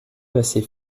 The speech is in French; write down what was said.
assez